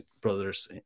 brothers